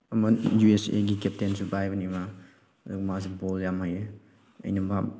ꯑꯃ U S ꯑꯦꯒꯤ ꯀꯦꯞꯇꯦꯟꯁꯨ ꯄꯥꯏꯕꯅꯤ ꯃꯥ ꯑꯗꯨ ꯃꯥꯁꯦ ꯕꯣꯜ ꯌꯥꯝ ꯍꯩꯌꯦ ꯑꯩꯅ ꯃꯥ